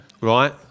right